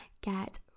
get